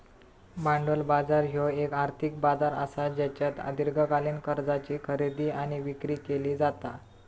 भांडवल बाजार ह्यो येक आर्थिक बाजार असा ज्येच्यात दीर्घकालीन कर्जाची खरेदी आणि विक्री केली जाता